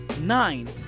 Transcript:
nine